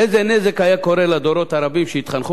איזה נזק היה קורה לדורות הרבים שהתחנכו